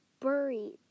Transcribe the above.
buried